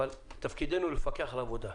אבל תפקידנו הוא לפקח על העבודה.